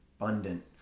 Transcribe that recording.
abundant